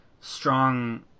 strong